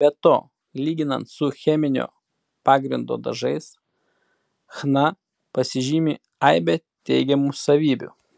be to lyginant su cheminio pagrindo dažais chna pasižymi aibe teigiamų savybių